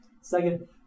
Second